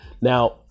Now